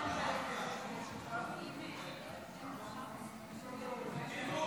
הצעת חוק הסיוע המשפטי (תיקון,